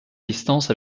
distance